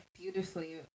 beautifully